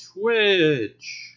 Twitch